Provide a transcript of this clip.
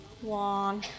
one